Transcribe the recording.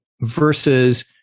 versus